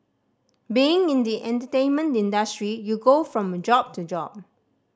being in the entertainment industry you go from job to job